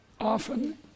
often